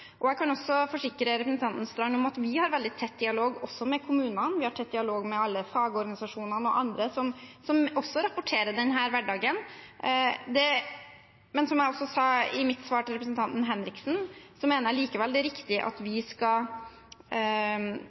Jeg kan også forsikre representanten Knutsdatter Strand om at vi har en veldig tett dialog med kommunene, og at vi også har tett dialog med alle fagorganisasjonene og andre som rapporterer om denne hverdagen. Men som jeg sa i mitt svar til representanten Henriksen, mener jeg det likevel ikke er riktig at vi skal